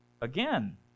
again